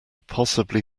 possibly